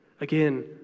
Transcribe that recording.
Again